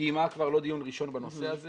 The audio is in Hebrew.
קיימה כבר לא דיון ראשון בנושא הזה